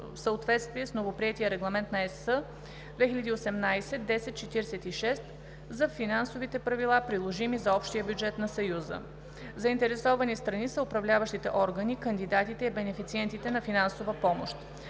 съответствие с новоприетия Регламент на ЕС 2018/1046 за финансовите правила, приложими за общия бюджет на Съюза. Заинтересовани страни са управляващите органи, кандидатите и бенефициентите на финансова помощ.